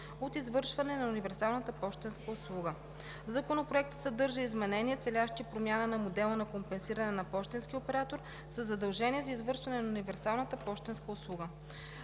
от извършване на универсалната пощенска услуга. Законопроектът съдържа изменения, целящи промяна на модела на компенсиране на пощенския оператор със задължение за извършване на универсалната пощенска услуга.